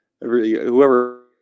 whoever